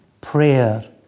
prayer